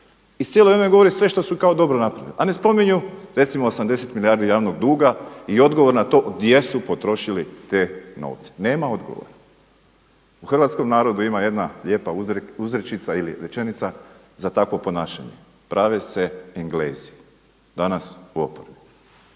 I cijelo vrijeme govore sve što su kao dobro napravili a ne spominju recimo 80 milijardi javnog duga i odgovor na to gdje su potrošili te novce, nema odgovora. U hrvatskom narodu ima jedna lijepa uzrečica ili rečenica za takvo ponašanje „prave se Englezi“, danas u oporbi.